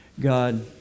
God